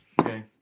Okay